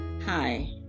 Hi